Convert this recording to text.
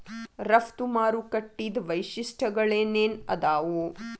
ರಫ್ತು ಮಾರುಕಟ್ಟಿದ್ ವೈಶಿಷ್ಟ್ಯಗಳೇನೇನ್ ಆದಾವು?